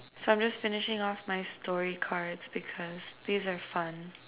so I'm just finishing off my story cards because these are fun